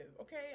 okay